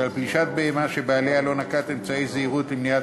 ועל פלישת בהמה שבעליה לא נקט אמצעי זהירות למניעת